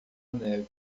neve